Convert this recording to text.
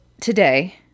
today